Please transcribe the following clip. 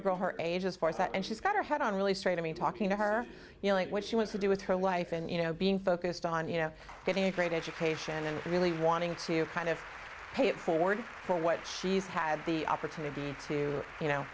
a girl her age as far as that and she's got her head on really straight i mean talking to her you know what she wants to do with her life and you know being focused on you know getting a great education and really wanting to kind of pay it forward for what she's had the opportunity to you know